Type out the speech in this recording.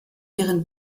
ihren